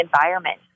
environment